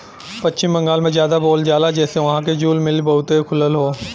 पश्चिम बंगाल में जादा बोवल जाला जेसे वहां जूल मिल बहुते खुलल हौ